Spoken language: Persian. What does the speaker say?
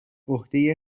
عهده